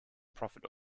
profit